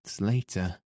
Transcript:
later